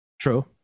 true